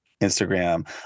Instagram